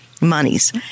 monies